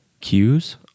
cues